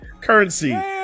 currency